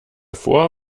vor